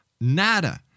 Nada